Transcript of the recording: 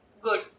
good